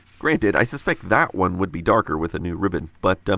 granted, i suspect that one would be darker with a new ribbon. but,